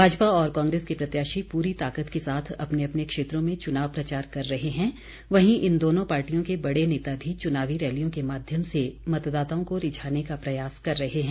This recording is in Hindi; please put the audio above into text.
भाजपा और कांग्रेस के प्रत्याशी पूरी ताकत के साथ अपने अपने क्षेत्रों में चुनाव प्रचार कर रहे हैं वहीं इन दोनों पार्टियों के बड़े नेता भी चुनावी रैलियों के माध्यम से मतदाताओं को रिझाने का प्रयास कर रहे हैं